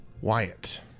Wyatt